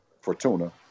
Fortuna